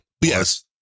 yes